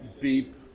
beep